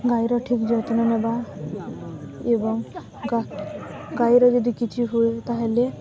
ଗାଈର ଠିକ ଯତ୍ନ ନେବା ଏବଂ ଗାଈର ଯଦି କିଛି ହୁଏ ତାହେଲେ